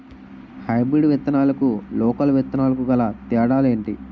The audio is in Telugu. హైబ్రిడ్ విత్తనాలకు లోకల్ విత్తనాలకు గల తేడాలు ఏంటి?